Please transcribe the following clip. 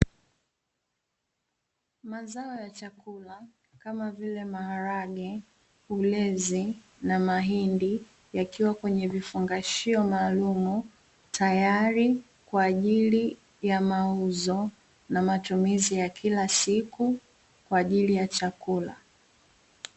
Mazao ya chakula kama vile; maharage, ulezi na mahindi, yakiwa kwenye vifungashio maalumu, tayari kwa ajili ya mauzo na matumizi ya kila siku kwa ajili ya chakula.